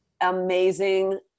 amazing